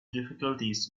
difficulties